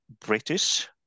British